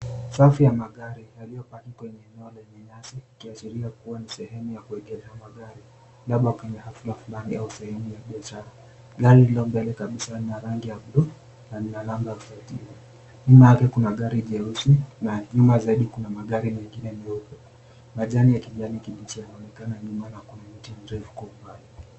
Safu ya magari yaliyopaki kwenye eneo la ubinafsi yakiashiria kuwa ni sehemu ya kuegesha magari labda kwenye hafla fulani au sehemu ya biashara. Gari lililo mbele kabisa lina rangi ya buluu na lina namba ya usajili. Nyuma yake kuna gari jeusi na nyuma zaidi kuna magari mengine meupe. Majani ya kijani kibichi yanaonekana kwa nyumana kuna miti mirefu kwa umbali.